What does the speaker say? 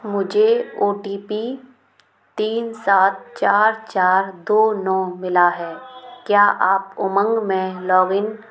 मुझे O T P तीन सात चार चार दो नौ मिला है क्या उमंग में लॉगिन